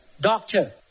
doctor